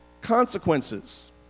consequences